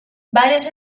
varios